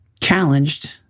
challenged